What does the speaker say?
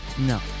No